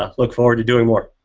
ah look forward to doing more.